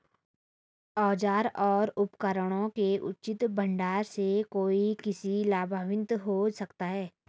औजारों और उपकरणों के उचित भंडारण से कोई कैसे लाभान्वित हो सकता है?